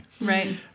Right